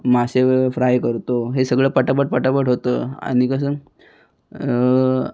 मासे फ्राय करतो हे सगळं पटापट पटापट होतं आणि कसं